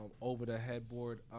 over-the-headboard